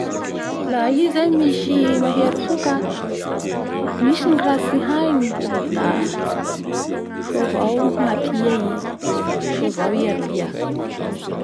Laha i zay misy mahery fo ka misy ny raha tsy hainy da soa avao ny hampia i soa avao i ampia.